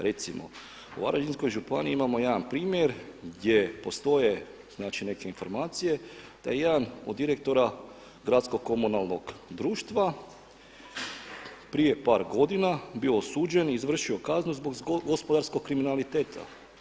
Recimo u Varaždinskoj županiji imamo jedan primjer gdje postoje, znači neke informacije da je jedan od direktora Gradskog komunalnog društva prije par godina bio osuđen i izvršio kaznu zbog gospodarskog kriminaliteta.